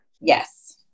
Yes